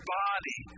body